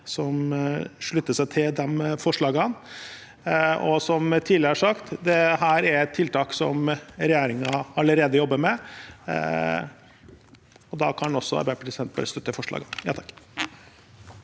som slutter seg til de forslagene. Som tidligere sagt: Dette er tiltak som regjeringen allerede jobber med. Da kan også Arbeiderpartiet og Senterpartiet støtte de forslagene.